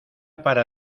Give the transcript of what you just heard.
para